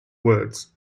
words